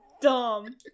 dumb